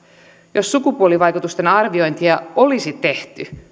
jos sukupuolivaikutusten arviointia olisi tehty